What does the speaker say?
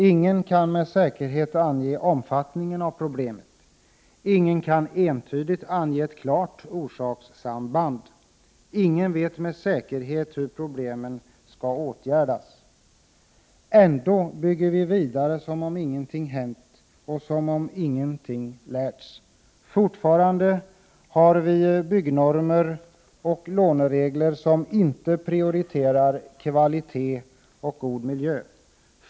Ingen kan med säkerhet ange omfattningen av problemet. Ingen kan entydigt ange ett klart orsakssamband. Ingen vet med säkerhet hur problemen skall åtgärdas. Ändå bygger vi vidare som om ingenting hänt och som om man ingenting har lärt. Fortfarande har vi byggnormer och låneregler, som inte prioriterar kvalitet och god miljö.